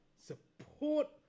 support